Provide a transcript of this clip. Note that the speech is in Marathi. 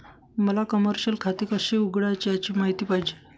मला कमर्शिअल खाते कसे उघडायचे याची माहिती पाहिजे